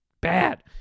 Bad